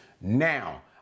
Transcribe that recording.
Now